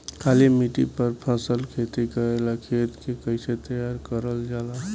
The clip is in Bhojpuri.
काली मिट्टी पर फसल खेती करेला खेत के कइसे तैयार करल जाला?